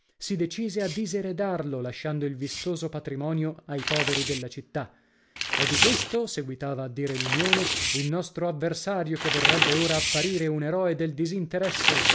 si decise a diseredarlo lasciando il vistoso patrimonio ai poveri della città e di questo seguitava a dire l'unione il nostro avversario che vorrebbe ora apparire un eroe del disinteresse